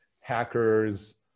hackers